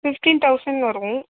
fifteen thousand வரும்